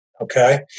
okay